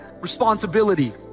responsibility